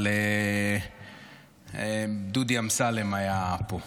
אבל דודי אמסלם היה פה,